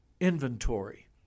inventory